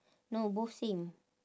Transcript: no both same